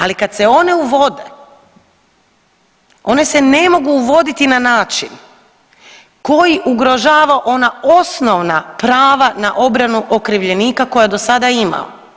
Ali kad se one uvode, one se ne mogu uvoditi na način koji ugrožava ona osnovna prava na obranu okrivljenika koja je do sada imao.